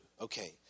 Okay